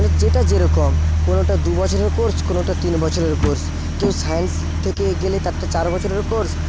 যেটা যেরকম কোনোটা দুবছরের কোর্স কোনোটা তিন বছরের কোর্স কেউ সায়েন্স থেকে গেলে তারটা চার বছরের কোর্স